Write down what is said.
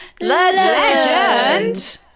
Legend